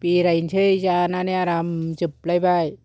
बेरायनोसै जानानै आराम जोबलायबाय